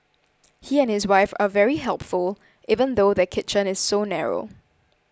he and his wife are very helpful even though their kitchen is so narrow